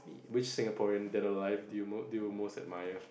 which Singaporean dead or alive do you mo~ do you most admire